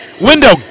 Window